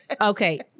Okay